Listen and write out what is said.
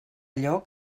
allò